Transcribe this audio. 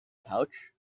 pouch